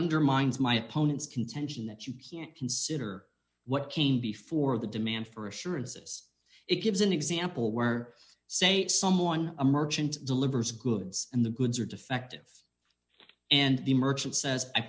undermines my opponent's contention that you can't consider what came before the demand for assurances it gives an example where say if someone a merchant delivers goods and the goods are defective and the merchant says i